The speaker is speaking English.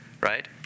right